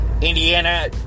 Indiana